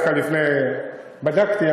בדקתי,